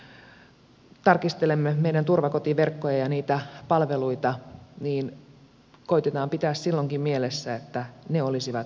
kun tarkistelemme meidän turvakotiverkkojamme ja niitä palveluita niin koetetaan pitää silloinkin mielessä että ne olisivat esteettömiä